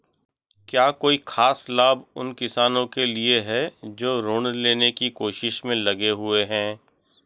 क्या कोई खास लाभ उन किसानों के लिए हैं जो ऋृण लेने की कोशिश में लगे हुए हैं?